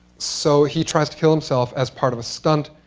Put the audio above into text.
so he tries to kill himself as part of a stunt.